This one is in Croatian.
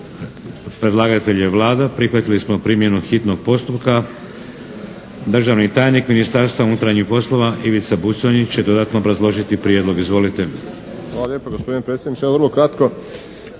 Hvala lijepa gospodine predsjedniče.